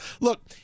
Look